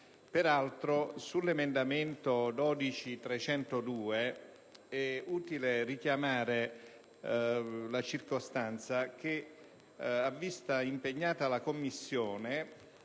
Peraltro, sull'emendamento 12.302 è utile richiamare la circostanza che ha visto impegnata la Commissione